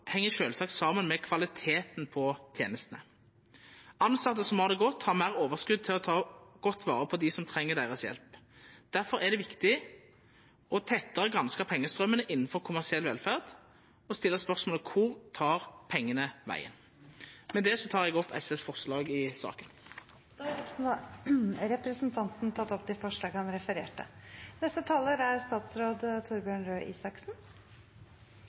heng sjølvsagt saman med kvaliteten på tenestene. Tilsette som har det godt, har meir overskot til å ta godt vare på dei som treng hjelpa deira. Difor er det viktig å granska pengestraumane innanfor kommersiell velferd tettare og stilla spørsmålet: Kvar tek pengane vegen? Med det tek eg opp SV sine forslag i saka. Representanten Eirik Faret Sakariassen har tatt opp de forslagene han refererte til. Det overordnede målet i velferdssektoren er